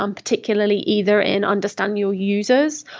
um particularly either in understanding your users,